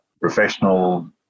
professional